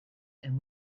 and